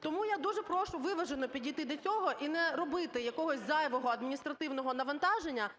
Тому я дуже прошу виважено підійти до цього і не робити якогось зайвого адміністративного навантаження